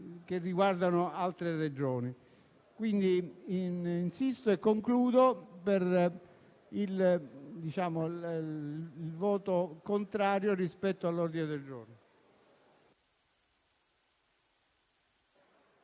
che riguardano altre Regioni. Quindi insisto e concludo per il voto contrario rispetto all'ordine del giorno.